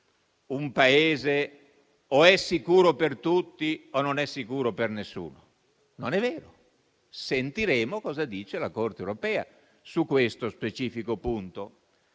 un Paese o è sicuro per tutti o non lo è per nessuno. Non è vero. Sentiremo cosa dice la Corte europea su questo specifico punto.